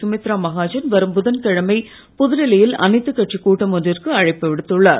சுமித்ரா மஹாஜன் வரும் புதன்கிழமை புதுடில்லி யில் அனைத்துக் கட்சிக் கூட்டம் ஒன்றுக்கு அழைப்பு விடுத்துள்ளார்